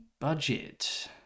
budget